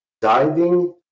diving